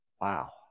Wow